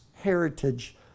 heritage